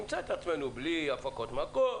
נמצא את עצמנו בלי הפקות מקור,